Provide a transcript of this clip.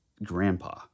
grandpa